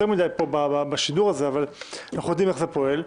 מדי בדיון הזה אבל אנחנו יודעים איך זה פועל.